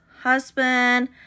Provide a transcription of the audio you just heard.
husband